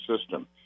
system